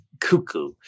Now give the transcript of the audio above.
cuckoo